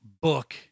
book